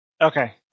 Okay